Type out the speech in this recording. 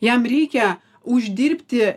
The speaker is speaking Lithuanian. jam reikia uždirbti